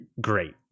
great